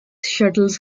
shuttles